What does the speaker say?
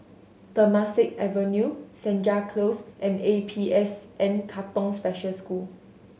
Temasek Avenue Senja Close and A P S N Katong Special School